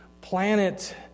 planet